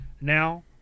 now